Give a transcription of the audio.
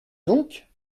donc